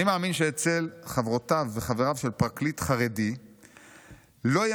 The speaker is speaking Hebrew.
"אני מאמין שאצל חברותיו וחבריו של פרקליט חרדי לא יהיה